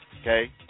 Okay